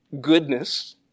goodness